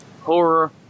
horror